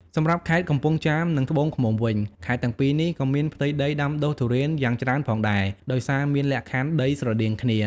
សម្រាប់់ខេត្តខេត្តកំពង់ចាម និងត្បូងឃ្មុំវិញ ខេត្តទាំងពីរនេះក៏មានផ្ទៃដីដាំដុះទុរេនយ៉ាងច្រើនផងដែរ ដោយសារមានលក្ខខណ្ឌដីស្រដៀងគ្នា។